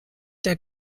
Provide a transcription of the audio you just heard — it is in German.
der